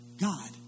God